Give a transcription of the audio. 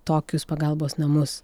tokius pagalbos namus